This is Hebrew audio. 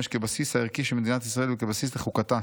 כבסיס הערכי של מדינת ישראל וכבסיס לחוקתה.